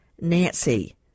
nancy